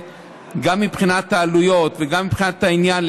גם מבחינת העלויות וגם מבחינת העניין,